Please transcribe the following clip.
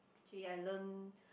actually I learn